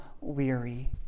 weary